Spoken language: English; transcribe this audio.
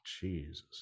Jesus